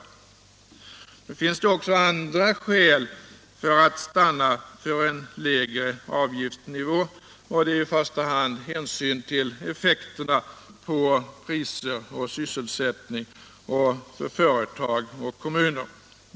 Nu finns det också andra skäl för att stanna för en lägre avgiftsnivå, i första hand hänsynen till effekterna på priser och sysselsättning för företag och kommuner.